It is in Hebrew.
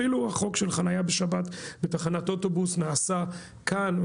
אפילו החוק של חניה בשבת בתחנת אוטובוס נעשה כאן.